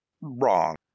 wrong